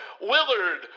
Willard